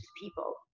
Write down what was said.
people